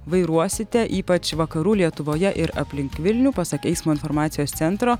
vairuosite ypač vakarų lietuvoje ir aplink vilnių pasak eismo informacijos centro